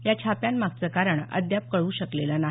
या छाप्यांमागचं कारण अद्याप कळू शकलेलं नाही